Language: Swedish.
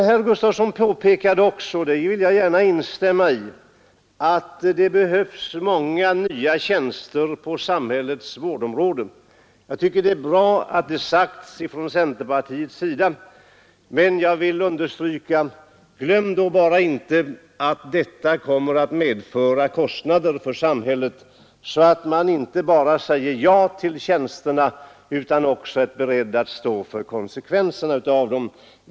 Herr Gustavsson påpekade också — det vill jag gärna instämma i — att det behövs många nya tjänster på samhällets vård områden. Jag tycker att det är bra att detta har sagts från centerpartiet, men jag vill understryka: Glöm bara inte att detta kommer att medföra kostnader för samhället. Man kan inte bara säga ja till tjänster, utan man måste också vara beredd att stå för konsekvenserna.